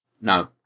No